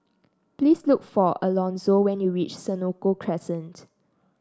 please look for Alonso when you reach Senoko Crescent